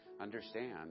understand